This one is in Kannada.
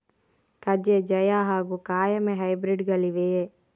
ಕಜೆ ಜಯ ಹಾಗೂ ಕಾಯಮೆ ಹೈಬ್ರಿಡ್ ಗಳಿವೆಯೇ?